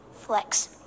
Flex